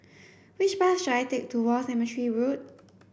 which bus should I take to War Cemetery Road